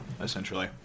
essentially